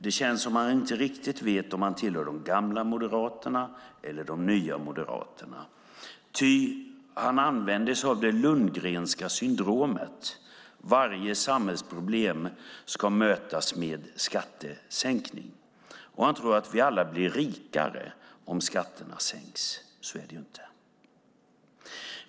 Det känns som om han inte riktigt vet om han tillhör de gamla Moderaterna eller de nya Moderaterna. Han använder sig av det lundgrenska syndromet: Varje samhällsproblem ska mötas med skattesänkning. Han tror att vi alla blir rikare om skatterna sänks; så är det inte.